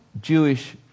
Jewish